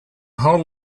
hull